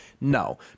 No